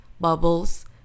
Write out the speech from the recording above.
Bubbles